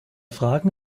fragen